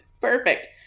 Perfect